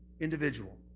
individual